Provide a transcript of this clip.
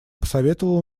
посоветовал